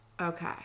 Okay